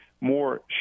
more